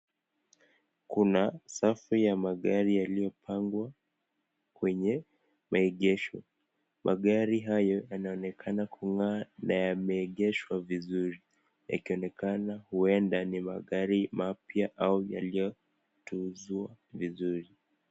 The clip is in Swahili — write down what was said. Kuna safi ya magari yaliyopangwa kwa maegesho magari hayo yanaonekana kungaa na yanaegeshwa vizuri, yanaonekana huwenda ni magari mapya au yaliyo tunzwa vizuri.